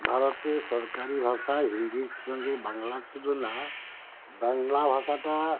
ভারতে সরকারি ভাষা হিন্দির সঙ্গে বাংলার তুলনা বাংলা ভাষাটা